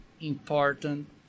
important